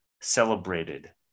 celebrated